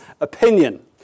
opinion